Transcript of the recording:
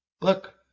Look